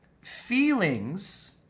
feelings